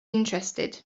interested